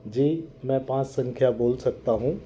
जी मैं पाँच संख्या बोल सकता हूँ